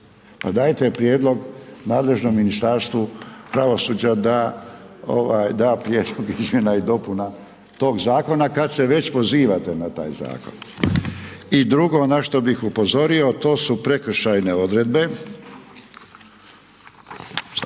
dajte prijedlog nadležnom Ministarstvu pravosuđa, da da prijedlog izmjena i dopuna tog zakona, kada se već pozivate na zakon. I drugo na što bih upozorio, to su prekršajne odredbe,